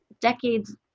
decades